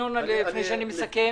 ינון אזולאי לפני שאני מסכם.